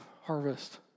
Harvest